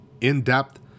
in-depth